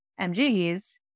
mg's